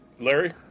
Larry